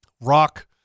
rock